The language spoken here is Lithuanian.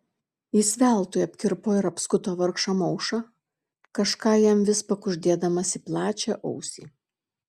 jis veltui apkirpo ir apskuto vargšą maušą kažką jam vis pakuždėdamas į plačią ausį